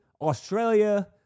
Australia